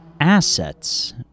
Assets